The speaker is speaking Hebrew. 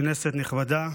כנסת נכבדה,